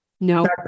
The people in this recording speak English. No